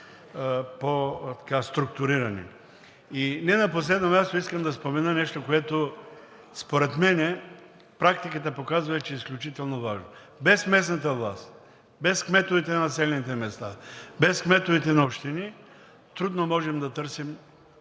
Не на последно място, искам да спомена нещо, за което според мен практиката показва, че е изключително важно – без местната власт, без кметовете на населените места, без кметовете на общини трудно можем да търсим